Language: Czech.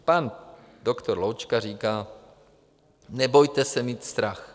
Pan doktor Loučka říká: Nebojte se mít strach.